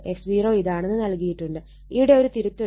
f0 ഇതാണെന്ന് നൽകിയിട്ടുണ്ട് ഇവിടെ ഒരു തിരുത്തുണ്ട്